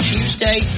Tuesday